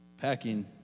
packing